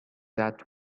that